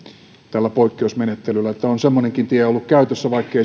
tällä poikkeusmenettelyllä eli on semmoinen tie ollut käytössä vaikkei